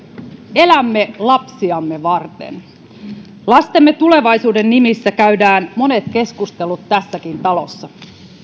elämme lapsiamme varten lastemme tulevaisuuden nimissä käydään monet keskustelut tässäkin talossa